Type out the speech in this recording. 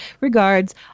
Regards